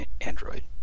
android